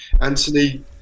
Anthony